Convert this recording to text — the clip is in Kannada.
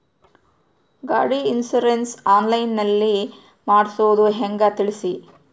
ಗಾಡಿ ಇನ್ಸುರೆನ್ಸ್ ಆನ್ಲೈನ್ ನಲ್ಲಿ ಮಾಡ್ಸೋದು ಹೆಂಗ ತಿಳಿಸಿ?